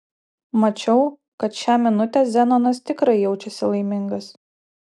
mačiau kad šią minutę zenonas tikrai jaučiasi laimingas